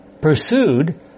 pursued